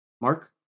Mark